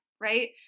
right